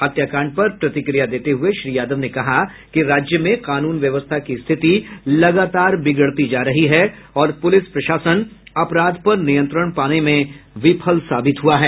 हत्याकांड पर प्रतिक्रिया देते हुए श्री यादव ने कहा कि राज्य में कानून व्यवस्था की स्थिति लगातार बिगड़ती जा रही है और पुलिस प्रशासन अपराध पर नियंत्रण पाने में विफल साबित हुआ है